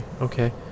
okay